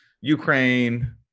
Ukraine